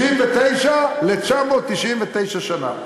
99 ל-999 שנה.